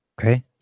okay